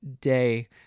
day